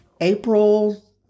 April